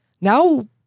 Now